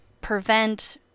prevent